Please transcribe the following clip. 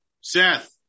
Seth